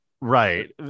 right